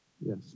Yes